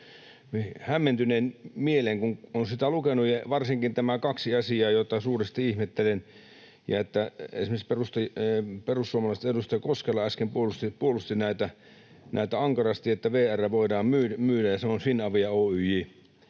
hämmentyneen mielen, kun olen sitä lukenut. Varsinkin nämä kaksi asiaa, joita suuresti ihmettelen, että esimerkiksi perussuomalaisten edustaja Koskela äsken puolusti ankarasti, eli että VR voidaan myydä ja samoin Finavia Oyj.